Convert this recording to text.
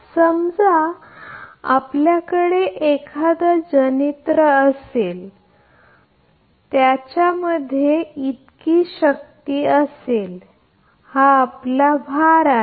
समजा आपल्याकडे एखादा जनरेटर असेल तर समजा इतकी शक्ती देत आहे आणि हे आपले भार आहे